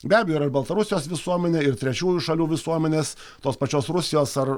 be abejo yra ir baltarusijos visuomenė ir trečiųjų šalių visuomenės tos pačios rusijos ar